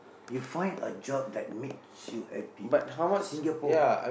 you find a job that makes you happy Singapore